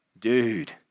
Dude